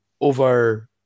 over